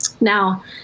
Now